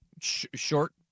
short